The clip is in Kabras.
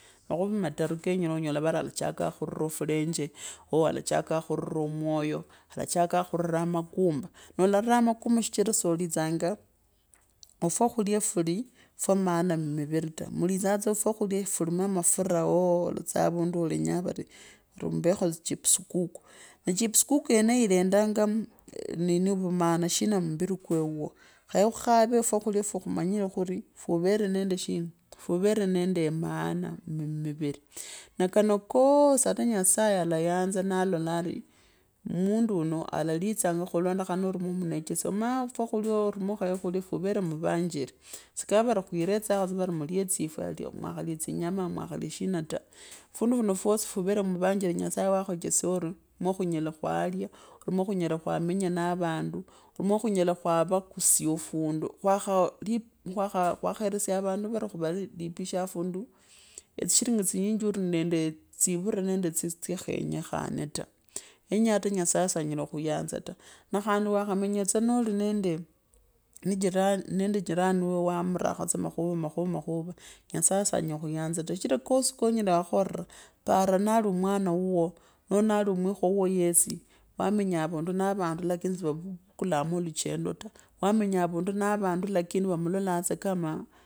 Makhumi katani kenyene onyola vari alachakaa khuuve fulenje ooh alae khuura moyo alachakaa khuuva makumba na olarira makamba sichira ofwakhalya fulifwa maana mumivire tamalitsa vyakhulya vilima mafula ooh olatsa ovundu olenyaa olenyaa mbekho chips kaka nee chips kuku yeneyo ilendaanga maana shina mbiri kwemwo khaye khukhare fwakhulya five khumanyile khurisfuvere nende shina favere nende maana mumivimi nakano koosi ata nyasaye alayanza na blari mundu alalitanga khandekhana namawe cheya mwaa fwakhulya mwakhoere khulye fuvere muvanjari sikaveri khwireza khari mulye tsifwa aanza mwakhalya.